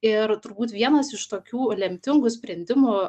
ir turbūt vienas iš tokių lemtingų sprendimų